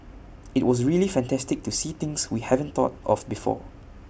IT was really fantastic to see things we haven't thought of before